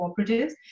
cooperatives